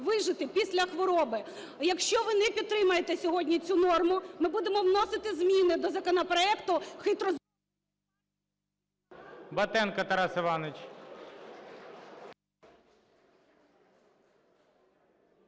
вижити після хвороби. Якщо ви не підтримаєте сьогодні цю норму, ми будемо вносити зміни до законопроекту… ГОЛОВУЮЧИЙ.